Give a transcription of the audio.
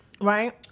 Right